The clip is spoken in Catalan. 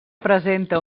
presenta